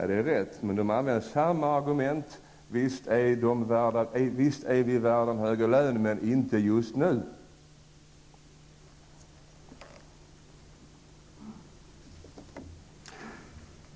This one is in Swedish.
Nej, det är riktigt, men de använde samma argument: Visst är vi värda en högre lön, men inte just nu.